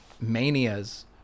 manias